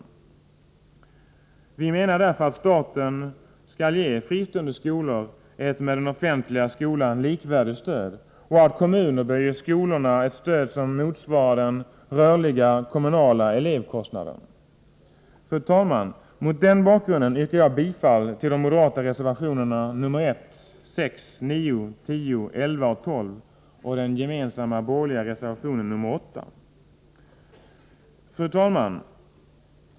Vi moderater menar därför att staten skall ge fristående skolor ett stöd som är likvärdigt med den offentliga skolans, och att kommuner bör ge skolorna ett stöd som motsvarar den rörliga kommunala elevkostnaden. Fru talman! Mot den bakgrunden yrkar jag bifall till de moderata reservationerna nr 1, 6, 9, 10, 11, 12 och den gemensamma borgerliga reservationen nr 8. Fru talman!